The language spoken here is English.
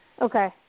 Okay